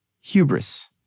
Hubris